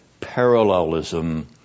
parallelism